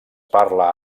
parla